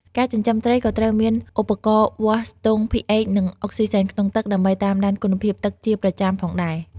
ការចិញ្ចឹមត្រីក៏ត្រូវមានឧបករណ៍វាស់ស្ទង់ pH និងអុកស៊ីសែនក្នុងទឹក ដើម្បីតាមដានគុណភាពទឹកជាប្រចាំផងដែរ។